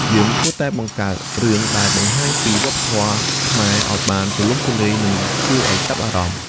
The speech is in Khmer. យើងគួរតែបង្កើតរឿងដែលបង្ហាញពីវប្បធម៌ខ្មែរឲ្យបានទូលំទូលាយនិងគួរឲ្យចាប់អារម្មណ៍។